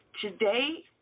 Today